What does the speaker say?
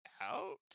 Out